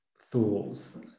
thoughts